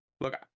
Look